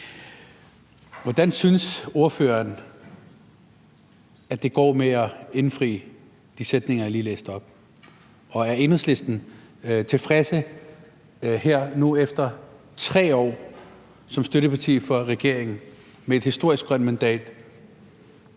Hvordan synes ordføreren at det går med at indfri de sætninger, jeg lige læste op? Og er Enhedslisten tilfredse nu her efter 3 år som støtteparti for regeringen med et historisk grønt mandat?